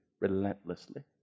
relentlessly